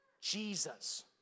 Jesus